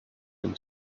him